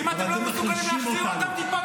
אם אתם לא מסוגלים להחזיר אותם, תתפטרו.